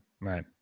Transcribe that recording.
Right